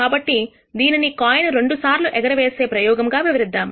కాబట్టి దీనిని కాయిన్ రెండుసార్లు ఎగరవేసే ప్రయోగంతో వివరిద్దాం